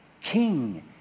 king